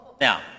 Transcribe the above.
Now